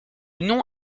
nom